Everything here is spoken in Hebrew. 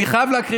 אני חייב להקריא